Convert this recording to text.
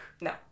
No